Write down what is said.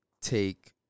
take